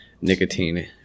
nicotine